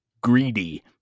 Greedy